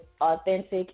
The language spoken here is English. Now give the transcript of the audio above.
authentic